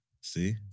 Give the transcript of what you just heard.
See